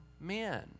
men